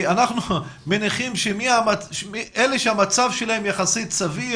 אנחנו מניחים שאלה שהמצב שלהם יחסית סביר